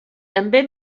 també